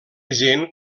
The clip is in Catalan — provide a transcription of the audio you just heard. gent